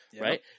right